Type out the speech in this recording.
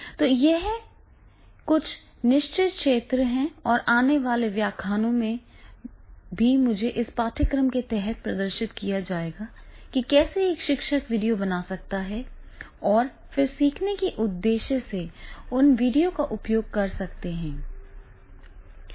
तो ये कुछ निश्चित क्षेत्र हैं और आने वाले व्याख्यानों में भी मुझे इस पाठ्यक्रम के तहत प्रदर्शित किया जाएगा कि कैसे एक शिक्षक वीडियो बना सकता है और फिर सीखने के उद्देश्य से उन वीडियो का उपयोग कर सकता है